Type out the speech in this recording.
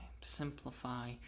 simplify